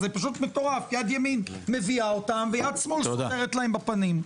זה מטורף יד ימין מביאה אותם ויד שמאל סוטרת להם בפנים.